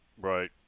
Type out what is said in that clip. Right